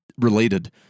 related